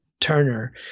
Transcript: Turner